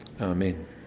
Amen